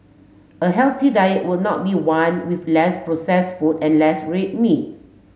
a healthy diet would not be one with less processed food and less red meat